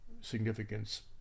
significance